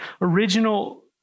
original